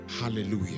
Hallelujah